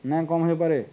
ନାଇଁ କମ୍ ହେଇପାରେ